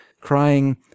crying